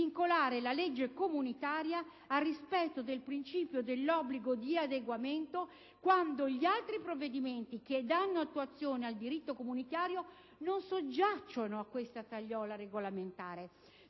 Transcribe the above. la legge comunitaria al rispetto del principio dell'obbligo di adeguamento quando gli altri provvedimenti che danno attuazione al diritto comunitario non soggiacciono a tale tagliola regolamentare.